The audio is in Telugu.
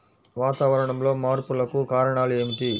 వాతావరణంలో మార్పులకు కారణాలు ఏమిటి?